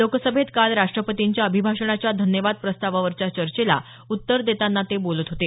लोकसभेत काल राष्ट्रपतींच्या अभिभाषणाच्या धन्यवाद प्रस्तावावरच्या चर्चेला उत्तर देताना ते बोलत होते